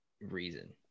reason